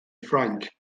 ffrainc